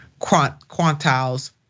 quantiles